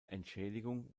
entschädigung